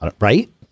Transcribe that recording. right